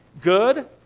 good